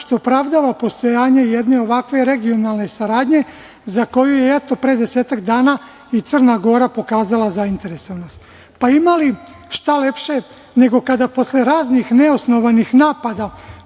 što opravdava postojanje jedne ovakve regionalne saradnje, za koju je pre desetak dana i Crna Gora pokazala zainteresovanost. Ima li šta lepše nego kada posle raznih neosnovanih napada